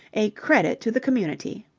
a credit to the community.